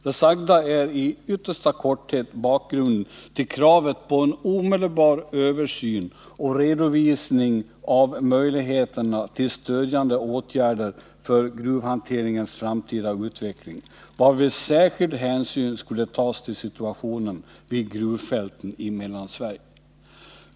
Det sagda är i yttersta korthet bakgrunden till kravet på en omedelbar översyn och redovisning av möjligheterna till stödjande åtgärder för gruvhanteringens framtida utveckling, varvid särskild hänsyn skall tas till situationen vid gruvfälten i Mellansverige.